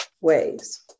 ways